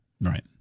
Right